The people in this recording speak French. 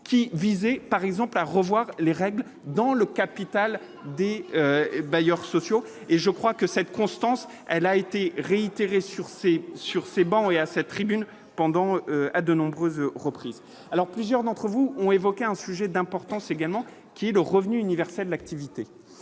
qui visaient par exemple à revoir les règles dans le capital des et bailleurs sociaux et je crois que cette constance, elle a été réitérée sur ces, sur ces bancs, et à cette tribune pendant à de nombreuses reprises alors plusieurs d'entre vous ont évoqué un sujet d'importance également qui le revenu universel, l'activité